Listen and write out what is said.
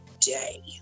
day